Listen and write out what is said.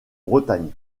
bretagne